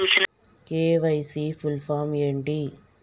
KYC full form ఏంటి?